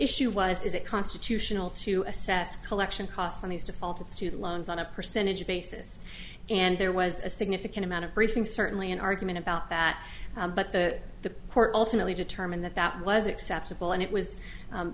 issue was is it constitutional to assess collection costs on these defaulted student loans on a percentage basis and there was a significant amount of briefing certainly an argument about that but that the court ultimately determined that that was acceptable and it was